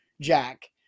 Jack